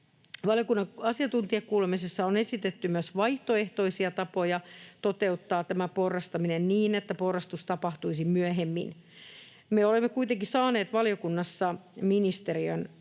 Valiokunnan asiantuntijakuulemisessa on esitetty myös vaihtoehtoisia tapoja toteuttaa tämä porrastaminen niin, että porrastus tapahtuisi myöhemmin. Me olemme kuitenkin saaneet valiokunnassa ministeriön